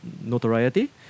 notoriety